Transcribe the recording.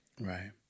right